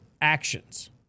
actions